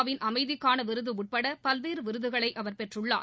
விள் அமைதிக்கான விருது உட்பட பல்வேறு விருதுகளை அவர் பெற்றுள்ளார்